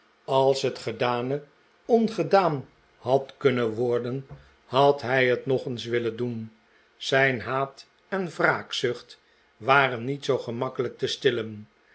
als het gedane ongedaan had kunnen worden had hij het nog eens willen doen zijn haat en wraakzucht waren niet zoo gemakkelijk te stillen